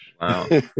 Wow